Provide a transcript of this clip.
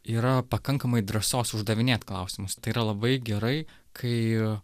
yra pakankamai drąsos uždavinėt klausimus tai yra labai gerai kai